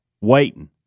waiting